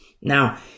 Now